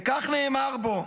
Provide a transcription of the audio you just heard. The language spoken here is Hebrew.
וכך נאמר בו,